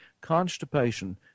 constipation